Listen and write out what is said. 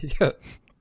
Yes